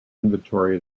inventory